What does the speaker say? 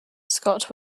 scott